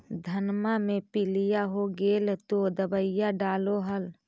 धनमा मे पीलिया हो गेल तो दबैया डालो हल?